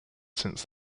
since